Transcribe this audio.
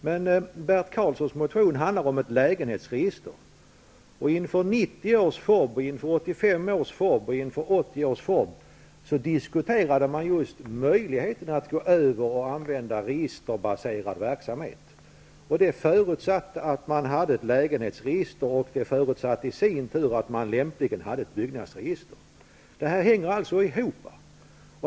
Men Bert Karlssons motion handlar om ett lägenhetsregister, och inför FoB 90, FoB 85 och FoB 80 diskuterades just möjligheten att gå över till och använda registerbaserad verksamhet. Det förutsatte att man hade ett lägenhetsregister, och det förutsatte i sin tur att man lämpligen hade ett byggnadsregister. Det här hänger alltså ihop.